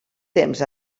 temps